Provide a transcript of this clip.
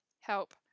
help